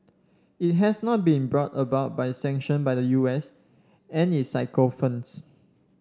it has not been brought about by sanctions by the U S and its sycophants